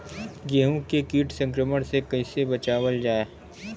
गेहूँ के कीट संक्रमण से कइसे बचावल जा?